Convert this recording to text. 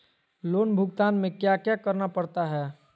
loan भुगतान में क्या क्या करना पड़ता है